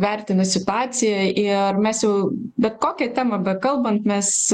vertina situaciją ir mes jau bet kokia tema bekalbant mes